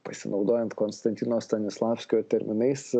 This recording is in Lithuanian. pasinaudojant konstantino stanislavskio terminais